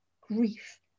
grief